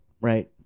right